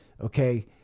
Okay